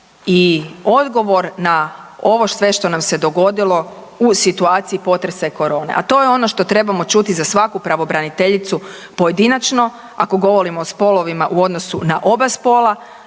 i odgovor na ovo sve što nam se dogodilo u situaciji potresa i korone, a to je ono što trebamo čuti za svaku pravobraniteljicu pojedinačno ako govorimo o spolovima u odnosu na oba spola,